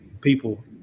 people